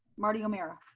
martie omeara.